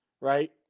right